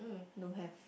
no have